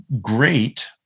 great